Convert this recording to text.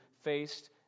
faced